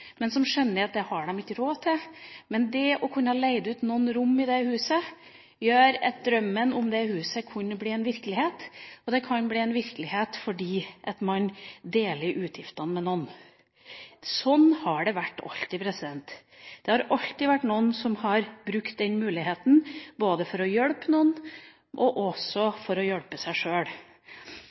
men som skjønner at det har de ikke råd til. Men det å kunne leie ut noen rom i det huset gjør at drømmen om huset kan bli virkelighet. Det kan bli virkelighet fordi man deler utgiftene med noen. Sånn har det alltid vært. Det har alltid vært noen som har brukt den muligheten, både for å hjelpe noen og for å hjelpe seg sjøl.